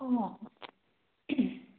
অঁ